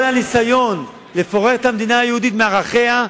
כל הניסיון לפורר את המדינה היהודית מערכיה,